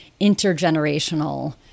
intergenerational